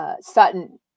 Sutton